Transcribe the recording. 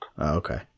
Okay